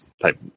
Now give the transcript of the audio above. type